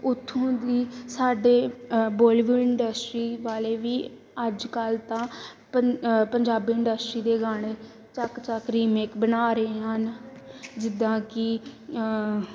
ਉੱਥੋਂ ਦੀ ਸਾਡੇ ਬੋਲੀਵੁੱਡ ਇੰਡਸਟਰੀ ਵਾਲੇ ਵੀ ਅੱਜ ਕੱਲ੍ਹ ਤਾਂ ਪੰਜ ਪੰਜਾਬੀ ਇੰਡਸਟਰੀ ਦੇ ਗਾਣੇ ਚੱਕ ਚੱਕ ਰੀਮੇਕ ਬਣਾ ਰਹੇ ਹਨ ਜਿੱਦਾਂ ਕਿ